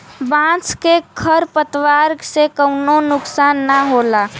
बांस के खर पतवार से कउनो नुकसान ना होला